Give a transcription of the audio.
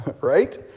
Right